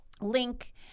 link